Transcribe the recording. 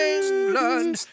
England